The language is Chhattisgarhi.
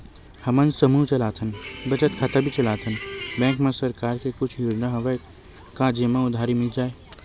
हमन समूह चलाथन बचत खाता भी चलाथन बैंक मा सरकार के कुछ योजना हवय का जेमा उधारी मिल जाय?